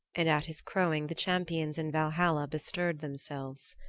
and at his crowing the champions in valhalla bestirred themselves.